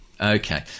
Okay